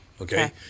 Okay